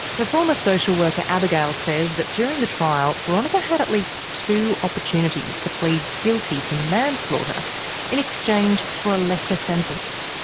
her former social worker abigail says that during the trial boronika had at least two opportunities to plead guilty to manslaughter in exchange for a lesser sentence.